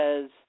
says –